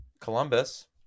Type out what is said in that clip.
Columbus